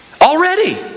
Already